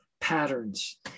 patterns